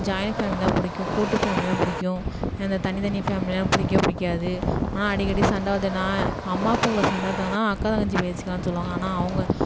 join ஃபேமிலிதான் பிடிக்கும் கூட்டு ஃபேமிலிதான் பிடிக்கும் எனக்கு அந்த தனி தனி ஃபேமிலிலாம் பிடிக்கவே பிடிக்காது ஆனால் அடிக்கடி சண்டை வருதுன்னா அம்மா அப்பாக்குள்ளே சண்டை வளர்த்தாங்கன்னா அக்கா தங்கச்சி பேசிக்கலான் சொல்லுவாங்க ஆனால் அவங்க